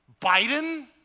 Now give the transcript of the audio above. Biden